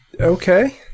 Okay